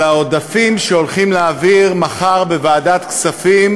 העודפים שהולכים להעביר מחר בוועדת הכספים,